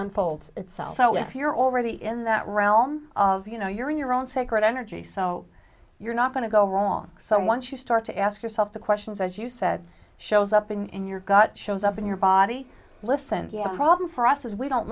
unfolds itself so if you're already in that realm of you know you're in your own sacred energy so you're not going to go wrong so once you start to ask yourself the questions as you said shows up in your gut shows up in your body listen the problem for us is we don't